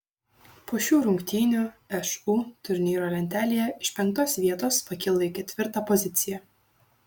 po šių rungtynių šu turnyro lentelėje iš penktos vietos pakilo į ketvirtą poziciją